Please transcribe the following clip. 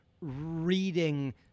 reading –